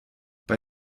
bei